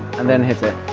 and then hit it.